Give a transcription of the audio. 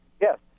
Yes